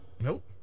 Nope